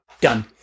Done